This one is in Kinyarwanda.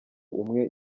umwe